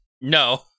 No